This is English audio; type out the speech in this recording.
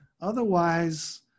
Otherwise